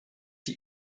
die